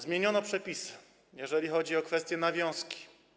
Zmieniono przepisy, jeżeli chodzi o kwestię nawiązki.